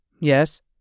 Yes